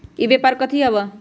ई व्यापार कथी हव?